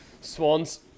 Swans